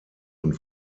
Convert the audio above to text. und